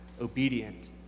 obedient